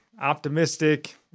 optimistic